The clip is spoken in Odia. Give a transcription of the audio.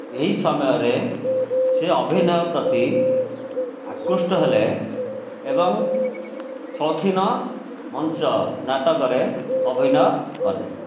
ଏହି ସମୟରେ ସେ ଅଭିନୟ ପ୍ରତି ଆକୃଷ୍ଟ ହେଲେ ଏବଂ ସୌଖୀନ ମଞ୍ଚ ନାଟକରେ ଅଭିନୟ କଲେ